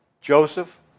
Joseph